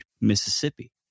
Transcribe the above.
mississippi